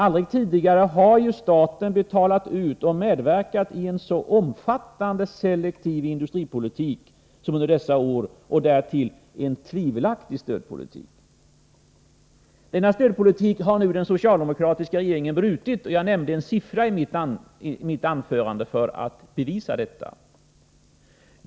Aldrig tidigare har ju staten betalat ut så mycket och medverkat i en så omfattande selektiv stödpolitik som under dessa år — och därtill en tvivelaktig stödpolitik. Denna stödpolitik har nu den socialdemokratiska regeringen avbrutit. Jag nämnde en siffra i mitt anförande för att bevisa detta.